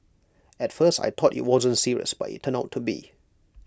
at first I thought IT wasn't serious but IT turned out to be